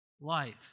life